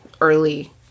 early